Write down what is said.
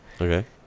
Okay